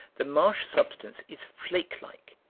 the marsh-substance is flake-like,